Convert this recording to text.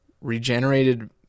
regenerated